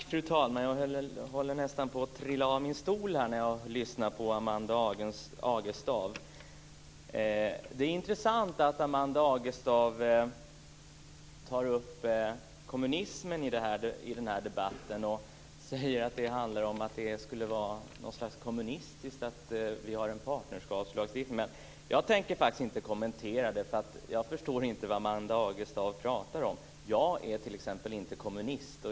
Fru talman! Jag håller nästan på att trilla av stolen när jag lyssnar på Amanda Agestav. Det är intressant att Amanda Agestav tar upp kommunismen i den här debatten. Hon säger att det skulle vara kommunistiskt att vi har en partnerskapslagstiftning. Men jag tänker inte kommentera det. Jag förstår inte vad Amanda Agestav pratar om. Jag är inte kommunist.